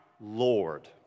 Lord